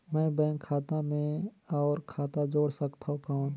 मैं बैंक खाता मे और खाता जोड़ सकथव कौन?